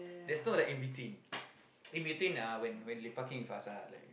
there's no like in between in between ah when when lepaking with us ah like